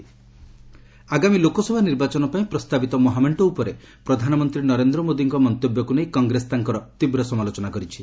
Congress PM ସ୍କିଚ୍ ଆଗାମୀ ଲୋକସଭା ନିର୍ବାଚନ ପାଇଁ ପ୍ରସ୍ତାବିତ ମହାମେଣ୍ଟ ଉପରେ ପ୍ରଧାନମନ୍ତ୍ରୀ ନରେନ୍ଦ୍ର ମୋଦିଙ୍କ ମନ୍ତବ୍ୟକୁ ନେଇ କଂଗ୍ରେସ ତାଙ୍କର ତୀବ୍ର ସମାଲୋଚନା କରିଛି